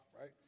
right